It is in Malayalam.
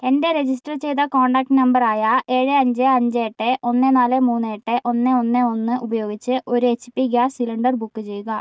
എൻ്റെ രജിസ്റ്റർ ചെയ്ത കോൺടാക്റ്റ് നമ്പർ ആയ ഏഴ് അഞ്ച് അഞ്ച് എട്ട് ഒന്ന് നാല് മൂന്ന് എട്ട് ഒന്ന് ഒന്ന് ഒന്ന് ഉപയോഗിച്ച് ഒരു H P gas cylinder book ചെയ്യുക